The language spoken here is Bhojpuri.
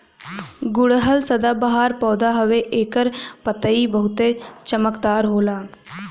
गुड़हल सदाबाहर पौधा हवे एकर पतइ बहुते चमकदार होला